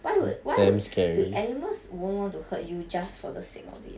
why would why would do animals won't want to hurt you just for the sake of it